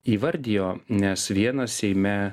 įvardijo nes vienas seime